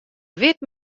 wit